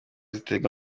ziterwa